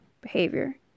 behavior